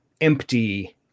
empty